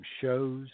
shows